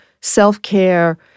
self-care